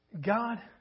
God